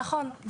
נכון.